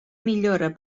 millora